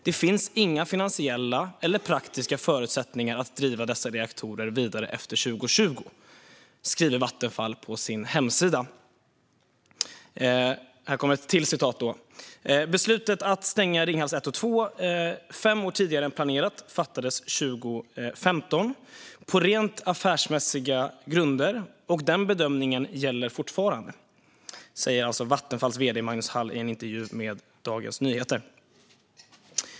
Det finns inga finansiella eller praktiska förutsättningar att driva dessa reaktorer vidare efter 2020." Detta skriver Vattenfall på sin hemsida. Här kommer ett till citat: "Beslutet att stänga Ringhals 1 och 2 fem år tidigare än planerat fattades 2015 på rent affärsmässiga grunder och den bedömningen gäller fortfarande." Detta säger Vattenfalls vd Magnus Hall i en intervju med Dagens Nyheter.